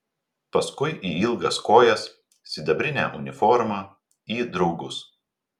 paskui į ilgas kojas sidabrinę uniformą į draugus